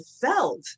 felt